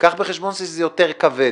קח בחשבון שזה כבד יותר,